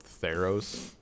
Theros